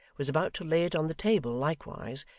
was about to lay it on the table likewise,